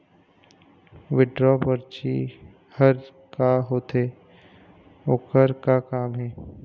Withdraw परची हर का होते, ओकर का काम हे?